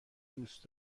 دوست